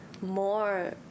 more